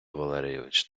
валерійович